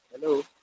hello